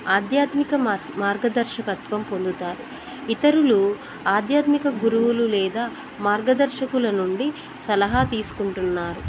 ఆధ్యాత్మిక మార్గదర్శకత్వం పొందుతారు ఇతరులు ఆధ్యాత్మిక గురువులు లేదా మార్గదర్శకుల నుండి సలహా తీసుకుంటున్నారు